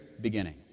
beginning